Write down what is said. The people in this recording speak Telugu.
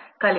డ్రా చేయబడిందని మనం గుర్తుంచుకోవాలి